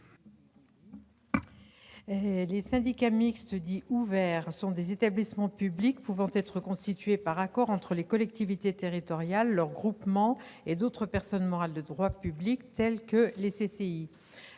Les syndicats mixtes dits « ouverts » sont des établissements publics pouvant être constitués par accord entre des collectivités territoriales, leurs groupements et d'autres personnes morales de droit public, tels que les